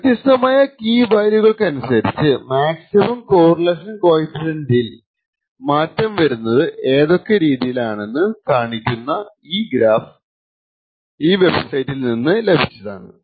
വ്യത്യസ്തമായ കീ വാല്യൂകൾക്കനുസരിച്ചു maximum correlation കോഫിഷ്യന്റിൽ മാറ്റം വരുന്നത് ഏതൊക്കെ രീതിയിലാണെന്നു കാണിക്കുന്ന ഈ ഗ്രാഫ് ഈ വെബ് സൈറ്റിൽ നിന്ന് ലഭിച്ചതാണ്